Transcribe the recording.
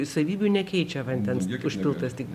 savybių nekeičia vandens užpiltas tik